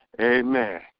Amen